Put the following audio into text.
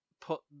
put